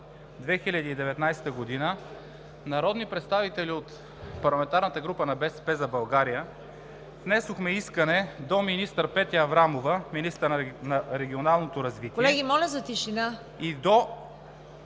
2019 г. народни представители от парламентарната група на „БСП за България“ внесохме искане до министър Петя Аврамова – министър на регионалното развитие и благоустройството,